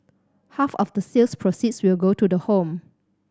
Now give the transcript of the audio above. half of the sales proceeds will go to the home